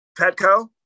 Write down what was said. Petco